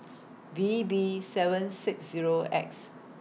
V B seven six Zero X